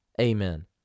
Amen